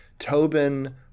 Tobin